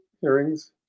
hearings